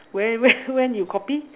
when when when you copy